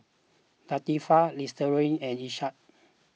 Latifa Lestari and Ishak